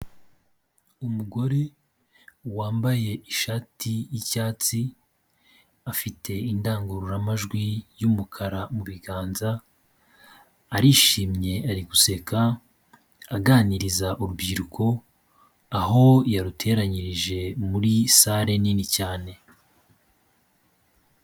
Umugore wambaye ishati y'icyatsi afite indangururamajwi y'umukara mu biganza arishimye ari guseka aganiriza urubyiruko aho yaruteranyirije muri sare nini cyane.